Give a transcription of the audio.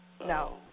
No